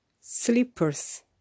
Slippers